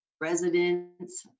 residents